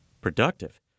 productive